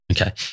Okay